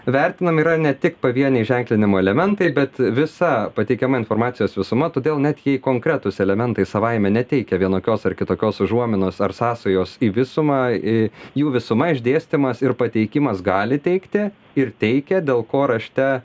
vertinami yra ne tik pavieniai ženklinimo elementai bet visa pateikiama informacijos visuma todėl net jei konkretūs elementai savaime neteikia vienokios ar kitokios užuominos ar sąsajos į visumą į jų visuma išdėstymas ir pateikimas gali teikti ir teikia dėl ko rašte